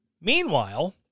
Meanwhile